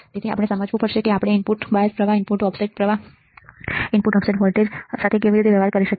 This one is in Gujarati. તેથી આપણે સમજવું પડશે કે આપણે ઇનપુટ બાયસ પ્રવાહ input offset voltage input offset પ્રવાહ સાથે કેવી રીતે વ્યવહાર કરી શકીએ